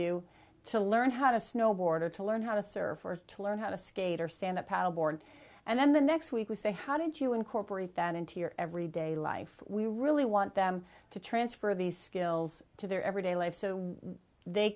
you to learn how to snowboard or to learn how to surf to learn how to skate or stand up paddle board and then the next week we say how did you incorporate that into your everyday life we really want them to transfer these skills to their everyday life so they